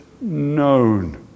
known